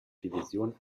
division